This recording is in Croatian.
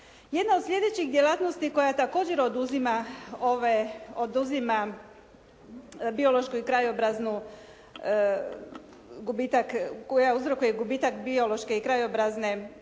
Jedna od sljedećih djelatnosti koja također oduzima biološku i krajobraznu, gubitak, koja uzrokuje gubitak biološke i krajobrazne